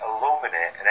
illuminate